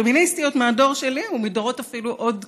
פמיניסטיות מהדור שלי ואפילו מדורות קודמים,